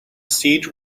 siege